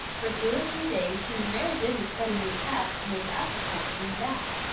for two or three days he was very busy cutting new paths, and his appetite came back.